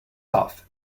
off